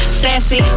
Sassy